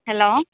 hello